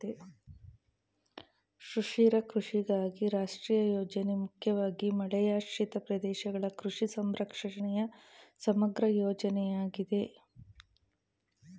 ಸುಸ್ಥಿರ ಕೃಷಿಗಾಗಿ ರಾಷ್ಟ್ರೀಯ ಯೋಜನೆ ಮುಖ್ಯವಾಗಿ ಮಳೆಯಾಶ್ರಿತ ಪ್ರದೇಶಗಳ ಕೃಷಿ ಸಂರಕ್ಷಣೆಯ ಸಮಗ್ರ ಯೋಜನೆಯಾಗಿದೆ